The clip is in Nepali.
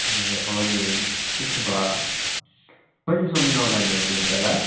ए हजुर त्यसो भए कहिलेसम्म एभाइलेबल हुन्छ होला